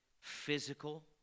physical